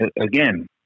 Again